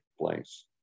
place